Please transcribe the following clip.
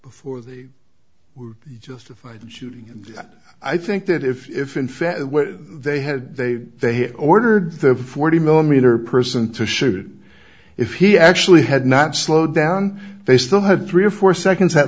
before they were justified in shooting at i think that if in fact they had they they ordered the forty millimeter person to shoot if he actually had not slowed down they still had three or four seconds at